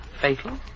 Fatal